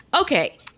Okay